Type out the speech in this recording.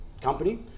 company